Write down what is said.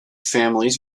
families